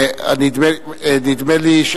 נדמה לי,